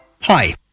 Hi